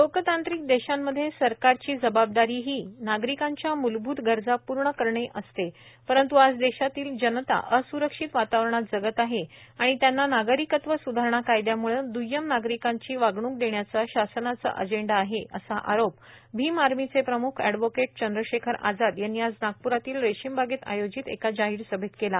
लोकतांत्रिक देशांमध्ये सरकारची जबाबदारीही नागरिकांच्या मूलभूत गरजा पूर्ण करणे असते परंत् आज देशातील जनता अस्रक्षित वातावरणात जगत आहे आणि त्यांना नागरिकत्व स्धारणा कायद्याम्ळे द्य्यम नागरिकाची वागणूक देण्याचा शासनाचा अजेंडा आहे असा आरोप भीम आर्मीचे प्रम्ख एयडव्होकेट चंद्रशेखर आजाद यांनी आज नागप्रातील रेशीमबागेत आयोजित एका जाहीर सभेत केला